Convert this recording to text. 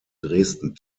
dresden